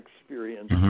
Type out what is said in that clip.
experience